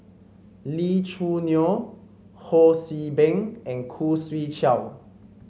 Lee Choo Neo Ho See Beng and Khoo Swee Chiow